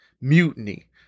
mutiny